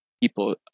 people